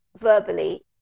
verbally